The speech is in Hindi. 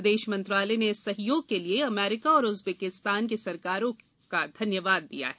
विदेश मंत्रालय ने इस सहयोग के लिए अमरीका और उज़्बेकिस्तान की सरकारों को धन्यवाद दिया है